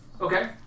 Okay